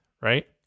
right